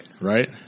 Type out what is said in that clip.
Right